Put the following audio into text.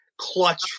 clutch